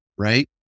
Right